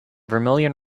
vermilion